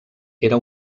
era